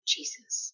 Jesus